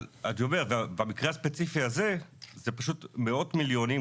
במקרה הספציפי הזה זה מאות מיליונים,